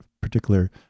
particular